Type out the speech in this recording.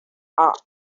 are